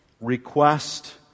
request